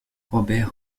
robert